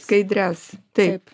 skaidrias taip